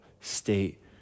state